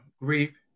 grief